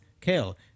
Kale